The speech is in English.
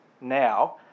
now